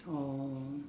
orh